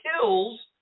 kills